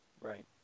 Right